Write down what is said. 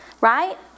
right